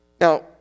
Now